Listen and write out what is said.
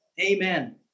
Amen